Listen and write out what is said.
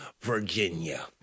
Virginia